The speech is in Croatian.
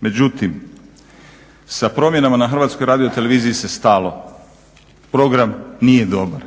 Međutim, sa promjenama na Hrvatskoj radioteleviziji se stalo, program nije dobar.